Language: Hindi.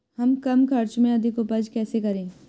हम कम खर्च में अधिक उपज कैसे करें?